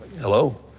Hello